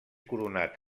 coronat